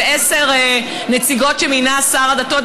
ועשר נציגות שמינה שר הדתות,